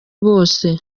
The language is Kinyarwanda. bose